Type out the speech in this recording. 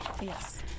Yes